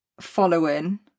following